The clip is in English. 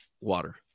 water